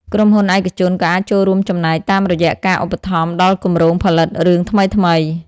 ក្រុមហ៊ុនឯកជនក៏អាចចូលរួមចំណែកតាមរយៈការឧបត្ថម្ភដល់គម្រោងផលិតរឿងថ្មីៗ។